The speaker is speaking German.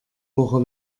woche